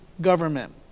government